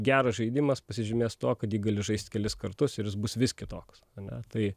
geras žaidimas pasižymės tuo kad jį gali žaist kelis kartus ir jis bus vis kitoks ane tai